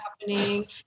happening